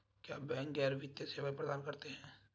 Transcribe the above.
क्या बैंक गैर वित्तीय सेवाएं प्रदान करते हैं?